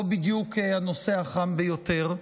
לא בדיוק הנושא החם ביותר.